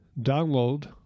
download